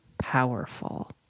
Powerful